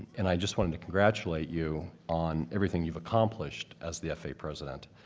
and i just wanted to congratulate you on everything you've accomplished as the fa president.